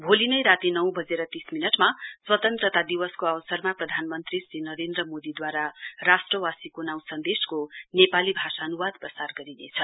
भोलि नै राती नौ बजेर तीस मिन्टमा स्वातन्त्रता दिवसको अवसरमा प्रधानमन्त्री श्री नरेन्द्र मोदीद्वारा राष्ट्रवासी नाँउ सन्देशको नेपाली भाषानुवाद प्रसार गरिनेछ